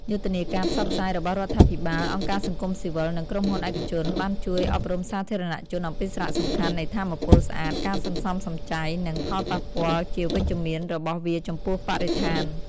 យុទ្ធនាការផ្សព្វផ្សាយរបស់រដ្ឋាភិបាល អង្គការសង្គមស៊ីវិល និងក្រុមហ៊ុនឯកជនបានជួយអប់រំសាធារណជនអំពីសារៈសំខាន់នៃថាមពលស្អាត ការសន្សំសំចៃ និងផលប៉ះពាល់ជាវិជ្ជមានរបស់វាចំពោះបរិស្ថាន។